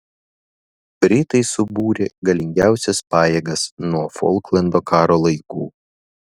britai subūrė galingiausias pajėgas nuo folklendo karo laikų